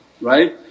right